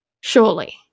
Surely